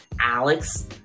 Alex